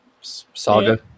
Saga